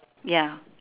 ya